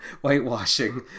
whitewashing